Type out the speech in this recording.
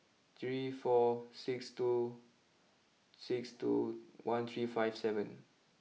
three four six two six two one three five seven